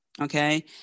okay